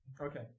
Okay